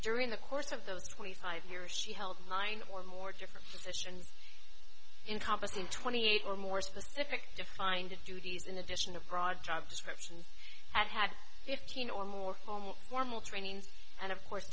during the course of those twenty five years she held in line or more different positions in composition twenty eight or more specific defined duties in addition a broad job description had had fifteen or more formal formal training and of course